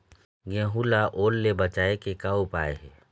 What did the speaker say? गेहूं ला ओल ले बचाए के का उपाय हे?